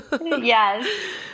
Yes